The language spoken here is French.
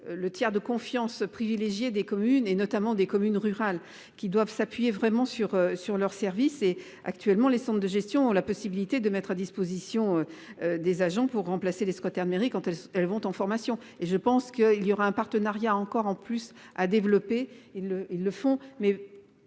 le tiers de confiance privilégié des communes et notamment des communes rurales qui doivent s'appuyer vraiment sur sur leur service, et actuellement les centres de gestion ont la possibilité de mettre à disposition. Des agents pour remplacer les secrétaires mairie quand elles, elles vont en formation et je pense qu'il y aura un partenariat encore en plus à développer, ils le, ils